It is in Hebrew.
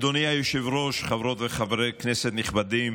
אדוני היושב-ראש, חברות וחברי כנסת נכבדים,